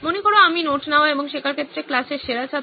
মনে করো আমি নোট নেওয়া এবং শেখার ক্ষেত্রে ক্লাসের সেরা ছাত্র